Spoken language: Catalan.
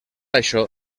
això